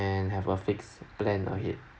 and have a fixed plan ahead